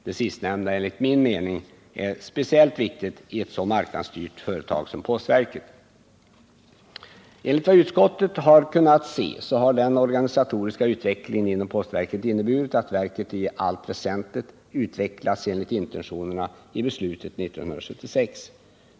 Det sistnämnda är enligt min mening speciellt viktigt i ett så marknadsstyrt företag som postverket. Enligt vad utskottet kunnat se har den organisatoriska utvecklingen inom i beslutet år 1976.